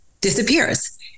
disappears